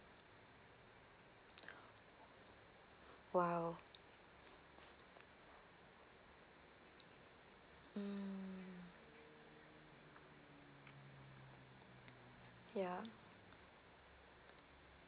!wow! mm ya